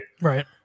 right